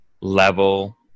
level